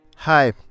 hi